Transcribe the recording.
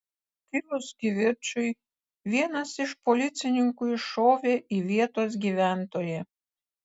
kilus kivirčui vienas iš policininkų iššovė į vietos gyventoją